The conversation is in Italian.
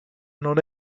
non